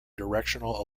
directional